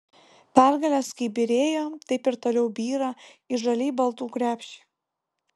pergalės kaip byrėjo taip ir toliau byra į žaliai baltų krepšį